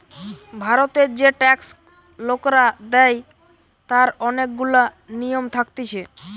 ভারতের যে ট্যাক্স লোকরা দেয় তার অনেক গুলা নিয়ম থাকতিছে